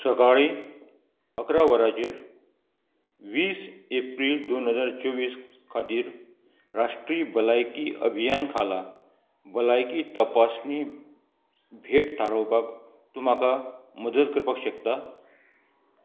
सकाळीं अकरा वरांचेर वीस एप्रील दोन हजार चोवीस खातीर राष्ट्रीय भलायकी अभियान खाला भलायकी तपासणी भेट थारोवपाक तूं म्हाका मदत करपाक शकता